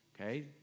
okay